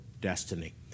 destiny